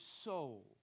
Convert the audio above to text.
soul